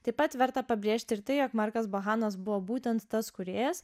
taip pat verta pabrėžti ir tai jog markas bohanas buvo būtent tas kūrėjas